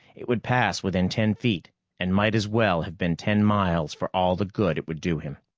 it would pass within ten feet and might as well have been ten miles for all the good it would do him.